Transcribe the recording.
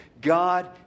God